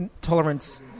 tolerance